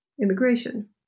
immigration